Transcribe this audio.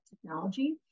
technology